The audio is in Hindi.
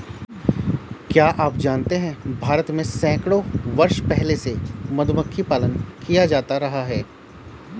क्या आप जानते है भारत में सैकड़ों वर्ष पहले से मधुमक्खी पालन किया जाता रहा है?